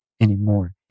anymore